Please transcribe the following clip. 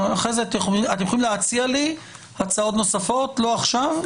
אתם יכולים להציע לי הצעות נוספות, אבל לא עכשיו.